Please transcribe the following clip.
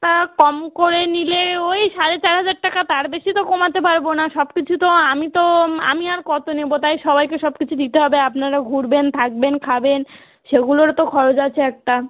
তা কম করে নিলে ওই সাড়ে চার হাজার টাকা তার বেশি তো কমাতে পারবো না সবকিছু তো আমি তো আমি আর কত নেবো তাই সবাইকে সবকিছু দিতে হবে আপনারা ঘুরবেন থাকবেন খাবেন সেগুলোরও তো খরচ আছে একটা